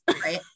Right